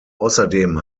außerdem